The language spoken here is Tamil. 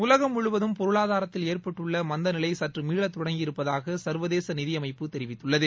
உலகம் முழுவதும் பொருளாதாரத்தில் ஏற்பட்டுள்ள மந்த நிலை சற்று மீள தொடங்கியிரு்பபதாக சர்வதேச நிதி அமைப்பு தெரிவித்துள்ளது